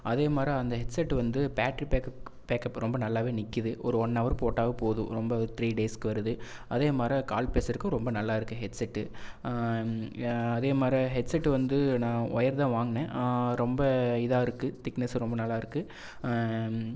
அதேமாரி அந்த ஹெட்செட் வந்து பேட்ரி பேக்கப் பேக்கப் ரொம்ப நல்லாவே நிற்கிது ஒரு ஒன்னவர் போட்டாவே போதும் ரொம்ப த்ரீ டேஸ்க்கு வருது அதேமாரி கால் பேசுகிறதுக்கு ரொம்ப நல்லாயிருக்கு ஹெட்செட்டு அதேமாரி ஹெட்செட்டு வந்து நான் ஒயர் தான் வாங்கினே ரொம்ப இதாருக்குது திக்னஸாக ரொம்ப நல்லாயிருக்கு